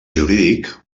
jurídic